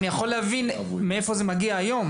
אני יכול להבין מאיפה זה מגיע היום,